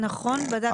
נכון.